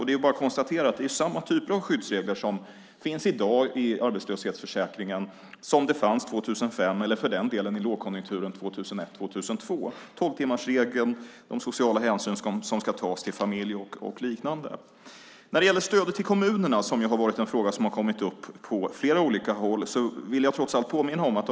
Det är bara att konstatera att det är samma typer av skyddsregler som finns i dag i arbetslöshetsförsäkringen som fanns 2005 eller, för den delen, under lågkonjunkturen 2001-2002. Det handlar om tolvtimmarsregeln, den sociala hänsyn som ska tas till familj och liknande. När det gäller stödet till kommunerna, som är en fråga som har kommit upp på flera olika håll, vill jag trots allt påminna om en sak.